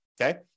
okay